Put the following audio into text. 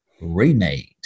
remade